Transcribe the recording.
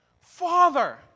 Father